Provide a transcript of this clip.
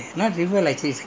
that slope like that